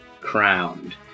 Crowned